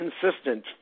consistent